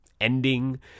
ending